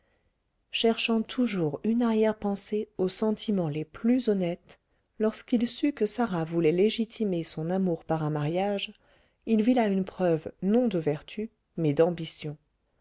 cherchant toujours une arrière-pensée aux sentiments les plus honnêtes lorsqu'il sut que sarah voulait légitimer son amour par un mariage il vit là une preuve non de vertu mais d'ambition